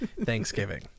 Thanksgiving